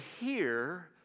hear